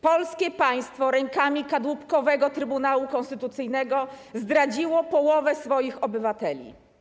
Polskie państwo rękami kadłubkowego Trybunału Konstytucyjnego zdradziło połowę swoich obywateli.